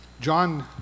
John